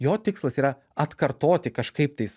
jo tikslas yra atkartoti kažkaip tais